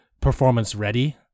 performance-ready